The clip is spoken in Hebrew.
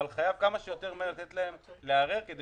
אבל חייבים כמה שיותר מהר לתת להם לערער כדי